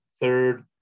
Third